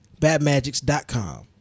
BadMagics.com